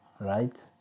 right